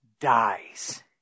dies